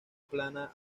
plana